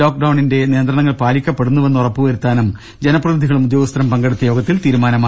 ലോക്ക്ഡൌണിന്റെ നിയന്ത്രണങ്ങൾ പാലിക്കപ്പെടുന്നുവെന്ന് ഉറപ്പു വരുത്താനും ജനപ്രതിനിധികളും ഉദ്യോഗസ്ഥരും പങ്കെടുത്ത യോഗത്തിൽ തീരുമാനമായി